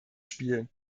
spiel